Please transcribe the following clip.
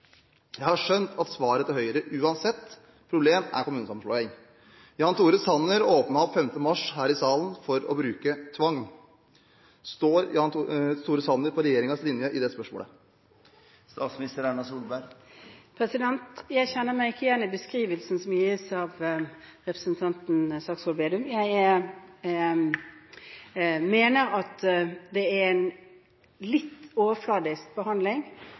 Jan Tore Sanner her i salen opp for å bruke tvang. Mitt spørsmål til statsministeren er: Står Jan Tore Sanner på regjeringens linje i det spørsmålet? Jeg kjenner meg ikke igjen i beskrivelsen som gis av representanten Slagsvold Vedum. Jeg mener at det er en litt overfladisk behandling